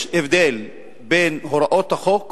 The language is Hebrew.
יש הבדל בין הוראות החוק